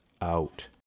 out